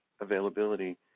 availability